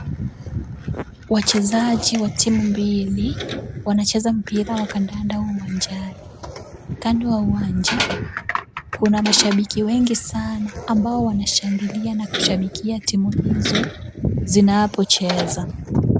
Wachezaji wa timu mbili wanacheza mpira wa kadanda uwanjani. Kando ya uwanja kuna mashabiki wengi sana ambao wanashangilia na kushabikia timu hizo zinapocheza.